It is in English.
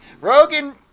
Rogan